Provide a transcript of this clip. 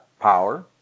power